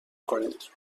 کنید